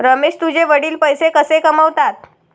रमेश तुझे वडील पैसे कसे कमावतात?